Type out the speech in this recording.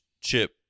chip